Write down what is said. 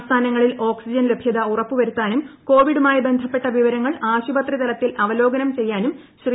സംസ്ഥാനങ്ങളിൽ ഓക്സിജൻ ലഭ്യത ഉറപ്പ് വരുത്താനും കോവിഡുമായി ബന്ധപ്പെട്ട വിവരങ്ങൾ ആശുപത്രി തലത്തിൽ അവലോകനം ചെയ്യാനും ശ്രീ